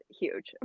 huge